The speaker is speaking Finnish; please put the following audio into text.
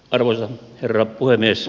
arvoisa herra puhemies